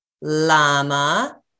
llama